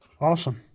Awesome